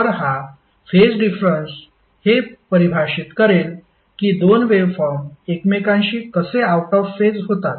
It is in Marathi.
तर हा फेज डिफरंन्स हे परिभाषित करेल की दोन वेव्हफॉर्म एकमेकांशी कसे आऊट ऑफ फेज होतात